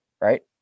right